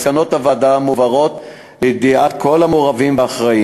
מסקנות הוועדה מועברות לידיעת כל המעורבים והאחראים.